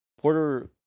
Porter